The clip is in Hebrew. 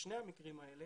בשני המקרים האלה,